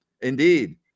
Indeed